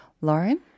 Lauren